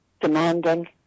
demanding